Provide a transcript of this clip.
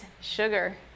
sugar